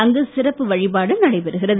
அங்கு சிறப்பு வழிபாடு நடைபெறுகிறது